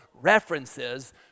references